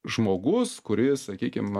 žmogus kuris sakykim